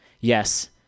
Yes